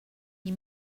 you